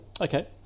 Okay